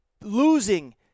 losing